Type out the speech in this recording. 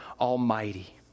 almighty